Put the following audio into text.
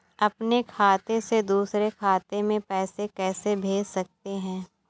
अपने खाते से दूसरे खाते में पैसे कैसे भेज सकते हैं?